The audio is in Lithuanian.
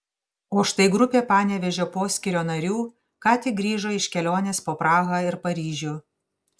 o štai grupė panevėžio poskyrio narių ką tik grįžo iš kelionės po prahą ir paryžių